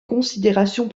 considérations